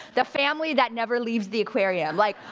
the family that never leaves the aquarium. like,